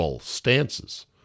stances